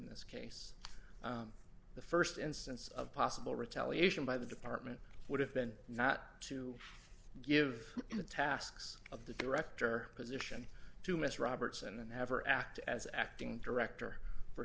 this case the st instance of possible retaliation by the department would have been not to give the tasks of the director position to miss robertson and have her act as acting director for